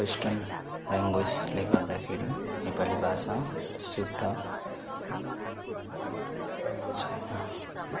western ल्याङ्ग्वेजले गर्दाखेरि नेपाली भाषा शुद्ध छैन